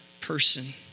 person